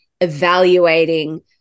evaluating